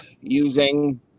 using